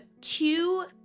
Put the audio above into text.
Two